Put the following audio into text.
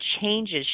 changes